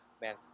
man